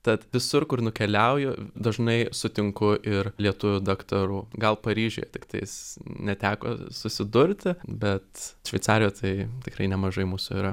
tad visur kur nukeliauju dažnai sutinku ir lietuvių daktarų gal paryžiuje tiktais neteko susidurti bet šveicarijoj tai tikrai nemažai mūsų yra